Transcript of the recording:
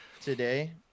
today